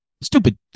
stupid